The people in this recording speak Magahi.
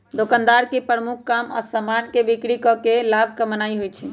दोकानदार के मुखर काम समान के बिक्री कऽ के लाभ कमानाइ होइ छइ